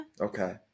Okay